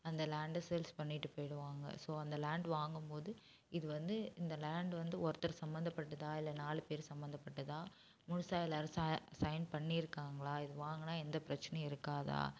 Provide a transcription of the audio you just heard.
அந்த லேண்டை சேல்ஸ் பண்ணிட்டு போயிடுவாங்க ஸோ அந்த லேண்ட் வாங்கும் போது இது வந்து இந்த லேண்ட் வந்து ஒருத்தர் சம்மந்தப்பட்டதா இல்லை நாலு பேர் சம்மந்தப்பட்டதா முழுசாக எல்லாரும் ச சைன் பண்ணியிருக்காங்களா இது வாங்கினா எந்த பிரச்சனையும் இருக்காதா